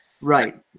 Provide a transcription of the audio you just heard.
Right